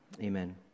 Amen